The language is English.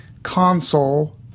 console